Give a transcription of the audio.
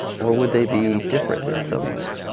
or would they be different in some way?